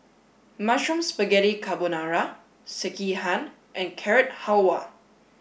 Mushroom Spaghetti Carbonara Sekihan and Carrot Halwa